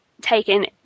taken